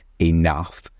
enough